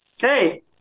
Hey